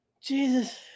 Jesus